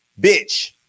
bitch